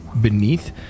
beneath